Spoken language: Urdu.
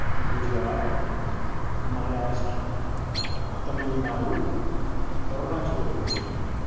گجرات مہاراشٹر تمل ناڈو اروناچل پردیش